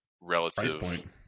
relative –